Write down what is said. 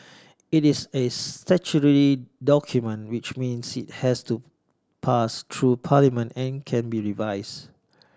it is a statutory document which means it has to pass through Parliament and can be revise